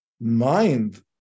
mind